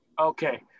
Okay